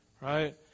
Right